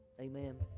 Amen